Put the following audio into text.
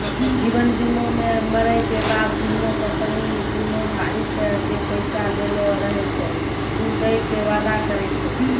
जीवन बीमा मे मरै के बाद बीमा कंपनी बीमाधारी से जे पैसा लेलो रहै छै उ दै के वादा करै छै